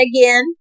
again